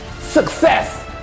success